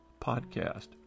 podcast